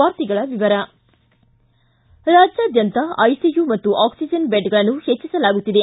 ವಾರ್ತೆಗಳ ವಿವರ ರಾಜ್ಯಾದ್ಯಂತ ಐಸಿಯು ಮತ್ತು ಆಕ್ಲಿಜನ್ ಬೆಡ್ಗಳನ್ನು ಪೆಜ್ಜಿಸಲಾಗುತ್ತಿದೆ